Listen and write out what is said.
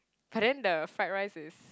but then the fried rice is